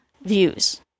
views